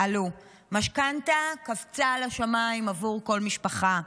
עלו, משכנתה, קפצה לשמיים עבור כל משפחה,